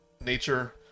nature